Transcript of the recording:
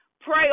Pray